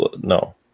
no